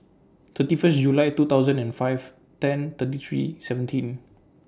thirty First July two thousand and five ten thirty three seventeen